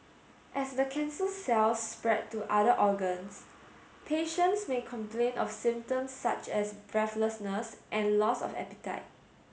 as the cancer cells spread to other organs patients may complain of symptoms such as breathlessness and loss of appetite